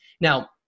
Now